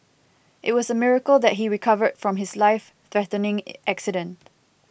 it was a miracle that he recovered from his life threatening accident